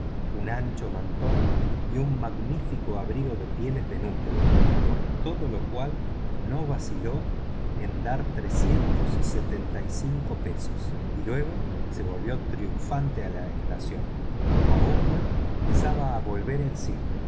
un ancho mantón y un magnífico abrigo de pieles de nutria por todo lo cual no vaciló en dar setenta y cinco libras y luego se volvió triunfante a la estación aouda empezaba a volver en sí